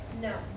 No